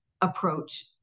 approach